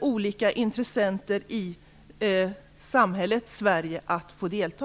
olika intressenter i det svenska samhället att få delta.